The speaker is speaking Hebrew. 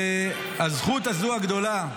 והזכות הזאת, הגדולה,